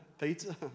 Pizza